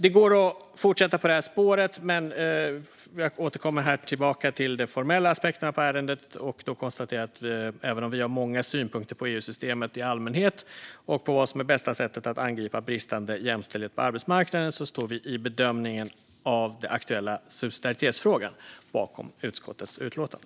Det går att fortsätta på det här spåret, men jag kommer här tillbaka till de formella aspekterna på ärendet och konstaterar att vi, även om vi har många synpunkter på EU-systemet i allmänhet och på vad som är bästa sättet att angripa bristande jämställdhet på arbetsmarknaden, i bedömningen av den aktuella subsidiaritetsfrågan står bakom utskottets utlåtande.